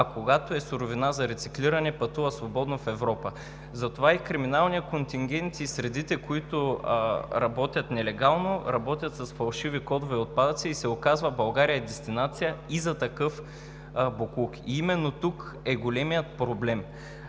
а когато е суровина за рециклиране, пътува свободно в Европа. Затова и криминалният контингент и средите, които работят нелегално, работят с фалшиви кодове на отпадъци и се оказва, че България е дестинация и за такъв боклук. И именно тук е големият проблем.